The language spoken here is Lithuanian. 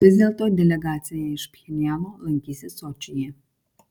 vis dėl to delegacija iš pchenjano lankysis sočyje